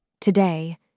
Today